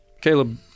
Caleb